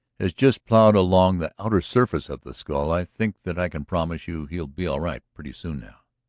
has just plowed along the outer surface of the skull, i think that i can promise you he'll be all right pretty soon now.